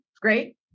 Great